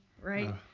right